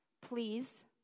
Please